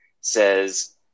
says